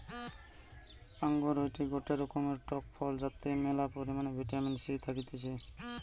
আঙ্গুর হয়টে গটে রকমের টক ফল যাতে ম্যালা পরিমাণে ভিটামিন সি থাকতিছে